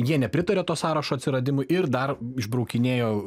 jie nepritaria to sąrašo atsiradimui ir dar išbraukinėjo